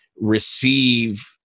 receive